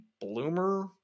bloomer